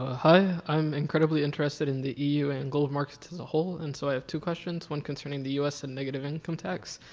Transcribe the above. ah hi, i'm incredibly interested in the eu and global markets as a whole. and so i have two questions, one concerning the us and negative income tax,